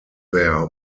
their